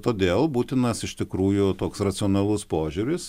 todėl būtinas iš tikrųjų toks racionalus požiūris